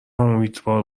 امیدوار